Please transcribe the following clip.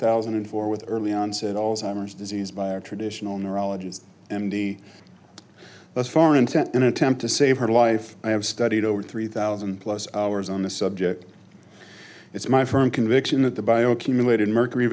thousand and four with early onset alzheimer's disease by our traditional neurology m d this far into an attempt to save her life i have studied over three thousand plus hours on the subject it's my firm conviction that the bio cumulated mercury